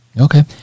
Okay